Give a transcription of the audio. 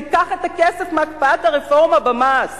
תיקח את הכסף מהקפאת הרפורמה במס